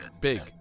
Big